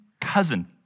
cousin